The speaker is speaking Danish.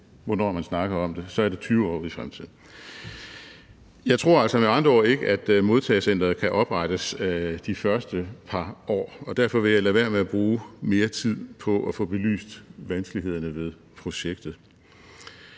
hvornår man snakker om det, er det 20 år ude i fremtiden. Jeg tror altså med andre ord ikke, at modtagecenteret kan oprettes de første par år, og derfor vil jeg lade være med at bruge mere tid på at få belyst vanskelighederne ved projektet.